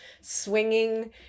swinging